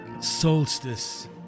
Solstice